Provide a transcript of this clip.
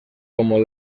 como